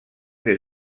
des